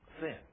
Sin